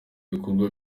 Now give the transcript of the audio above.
ibikorwa